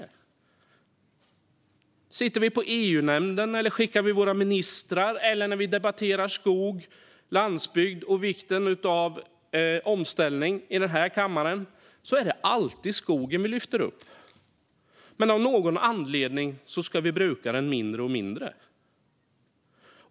När vi sitter i EU-nämnden, skickar våra ministrar eller debatterar skog, landsbygd och vikten av omställning i denna kammare är det alltid skogen som vi lyfter upp, men av någon anledning ska vi bruka den mindre och mindre.